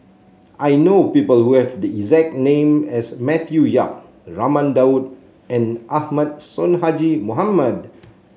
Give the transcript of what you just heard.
I know people who have the exact name as Matthew Yap Raman Daud and Ahmad Sonhadji Mohamad